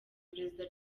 perezida